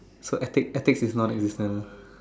so epic attics is not a use now